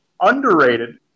Underrated